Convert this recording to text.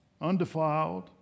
undefiled